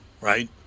right